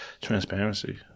transparency